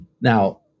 Now